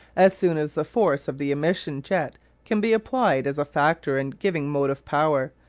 as soon as the force of the emission jet can be applied as a factor in giving motive power,